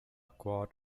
quart